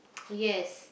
yes